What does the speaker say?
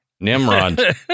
Nimrod